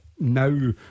Now